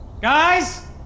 guys